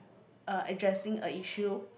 uh addressing a issue